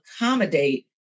accommodate